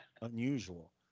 Unusual